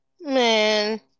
man